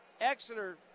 Exeter